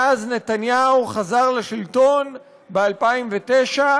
מאז חזר נתניהו לשלטון ב-2009,